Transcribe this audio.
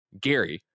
Gary